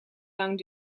lang